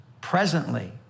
presently